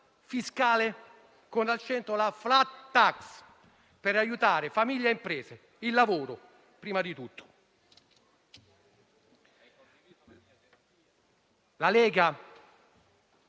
fiscale con al centro la *flat tax*, per aiutare famiglie e imprese, il lavoro prima di tutto. I